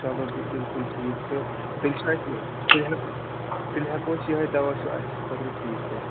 چلو تیٚلہِ بِلکُل ٹھیٖک تہٕ تیٚلہِ چھِناہ اَسہِ یہِ تیٚلہِ ہیٚکوٕ تیٚلہِ ہیٚکو یِہےَ دوا چھُ اَسہِ خأطرٕ ٹھیٖک تیٚلہِ